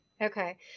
Okay